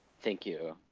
thank you.